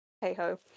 hey-ho